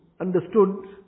understood